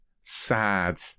sad